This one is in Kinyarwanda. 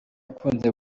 ikunze